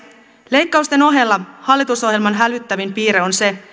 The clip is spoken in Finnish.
leikkausten ohella hallitusohjelman hälyttävin piirre on se